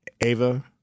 Ava